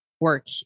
work